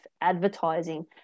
advertising